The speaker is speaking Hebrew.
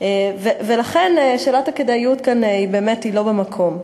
ולכן שאלת הכדאיות כאן היא באמת לא במקום.